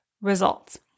results